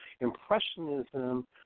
impressionism